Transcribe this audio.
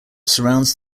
surrounds